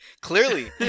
Clearly